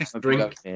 Drink